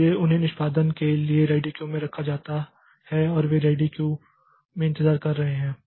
इसलिए उन्हें निष्पादन के लिए रेडी क्यू में रखा जाता है और वे रेडी क्यू में इंतजार कर रहे हैं